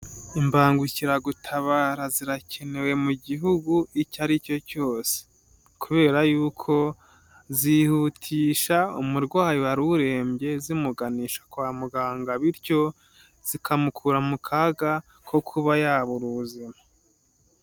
Imbangukiragutabara zirakenewe mu gihugu icyo ari cyo cyose, kubera yuko zihutisha umurwayi wari urembye zimuganisha kwa muganga, bityo zikamukura mu kaga ko kuba yabura ubuzima.